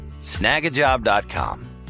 Snagajob.com